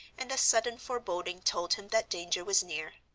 and a sudden foreboding told him that danger was near.